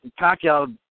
Pacquiao